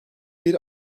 bir